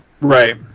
Right